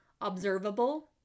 observable